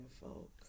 folk